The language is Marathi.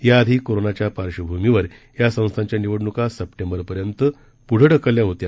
याआधी कोरोनाच्या पार्श्वभूमीवर या संस्थांच्या निवडणुका सप्टेंबरपर्यंत पुढं ढकलल्या होत्या